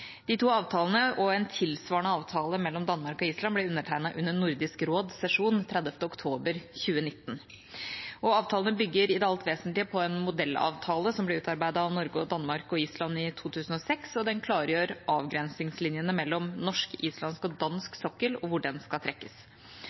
De to avtalene og en tilsvarende avtale mellom Danmark og Island ble undertegnet under Nordisk råds sesjon 30. oktober 2019. Avtalene bygger i det alt vesentlige på en modellavtale som ble utarbeidet av Norge og Danmark og Island i 2006, og den klargjør avgrensningslinjene mellom norsk, islandsk og dansk sokkel og hvor de skal trekkes.